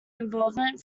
involvement